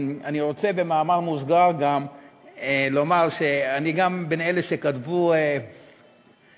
אני רוצה במאמר מוסגר גם לומר שאני גם מאלה שכתבו רומן,